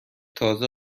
تازه